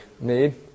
need